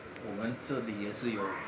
我们这里也是有